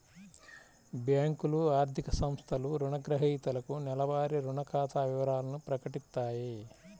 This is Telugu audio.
బ్యేంకులు, ఆర్థిక సంస్థలు రుణగ్రహీతలకు నెలవారీ రుణ ఖాతా వివరాలను ప్రకటిత్తాయి